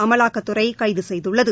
அமலாக்கத்துறை கைது செய்துள்ளது